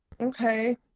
Okay